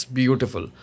beautiful